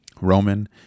Roman